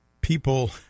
people